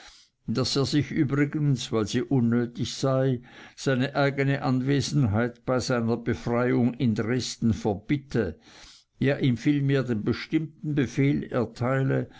daß er sich übrigens weil sie unnötig sei seine eigne anwesenheit bei seiner befreiung in dresden verbitte ja ihm vielmehr den bestimmten befehl erteile